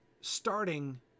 starting